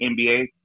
NBA